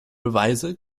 beweise